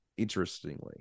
Interestingly